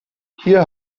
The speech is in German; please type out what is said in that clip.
hier